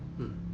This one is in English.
mm